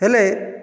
ହେଲେ